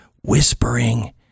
whispering